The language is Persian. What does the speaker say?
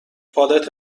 پالت